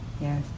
Yes